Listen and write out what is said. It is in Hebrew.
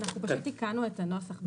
אנחנו פשוט תיקנו את הנוסח.